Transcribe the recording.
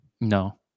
no